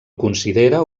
considera